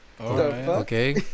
okay